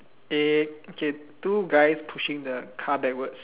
eh okay two guys pushing the car backwards